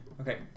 Okay